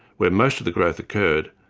where most of the growth occurred,